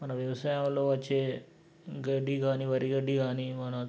మన వ్యవసాయంలో వచ్చే గడ్డి కాని వరి గడ్డి కాని మన